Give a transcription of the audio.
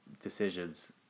decisions